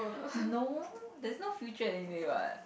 no there's no future in it what